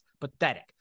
Pathetic